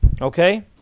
okay